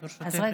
אז ברשותך,